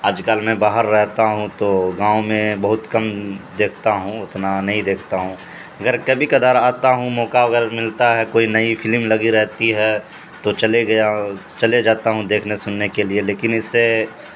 آج کل میں باہر رہتا ہوں تو گاؤں میں بہت کم دیکھتا ہوں اتنا نہیں دیکھتا ہوں اگر کبھی کدار آتا ہوں موقع اگر ملتا ہے کوئی نئی فلم لگی رہتی ہے تو چلے گیا چلے جاتا ہوں دیکھنے سننے کے لیے لیکن اس سے